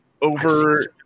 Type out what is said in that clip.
over